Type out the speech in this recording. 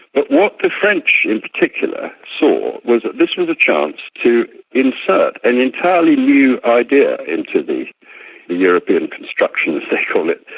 but what the french in particular saw was that this was a chance to insert an entirely new idea into the european construction, as they call it,